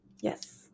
Yes